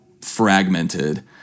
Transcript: fragmented